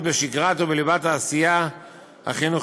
הם מקבלים שיהיה ציתות לשיחה שלהם,